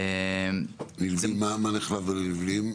מה נכלל במבנים?